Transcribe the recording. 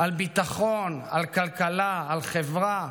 על ביטחון, על כלכלה, על חברה,